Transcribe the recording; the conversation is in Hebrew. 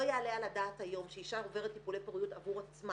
לא יעלה על הדעת היום שאישה עוברת טיפולי פוריות עבור עצמה